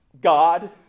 God